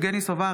יבגני סובה,